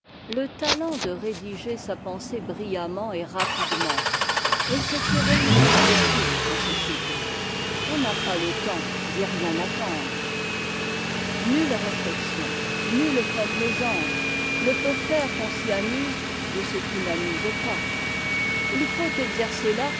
le talent de rédiger sa pensée brillamment et rapidement est ce qui réussit te plus en société on n'a pas le temps d'y rien attendre nulle réftexion nulle complaisance ne peut faire qu'on s'y amuse de ce qui n'amuse pas faut exercer là